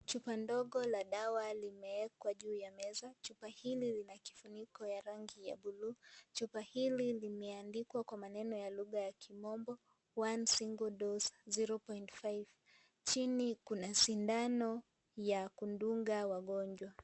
Chupa ndogo la dawa limeekwa juu ya meza. Chupa hili lina kifuniko ya rangi ya blulu. Chupa hili limeandikwa kwa maneno ya lugha ya kimombo One single dose, 0.5 . Chini kuna sindano ya kudunga wagonjwa.